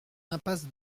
impasse